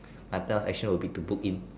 my plan of action would be to book in